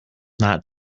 not